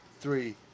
Three